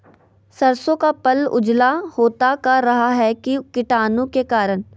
सरसो का पल उजला होता का रहा है की कीटाणु के करण?